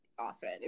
often